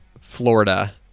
Florida